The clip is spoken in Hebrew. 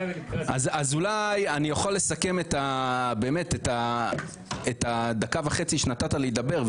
אז אולי אני יכול לסכם את הדקה וחצי שנתת לי לדבר,